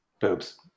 Boobs